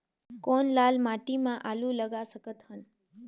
कौन लाल माटी म आलू लगा सकत हन?